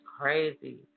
crazy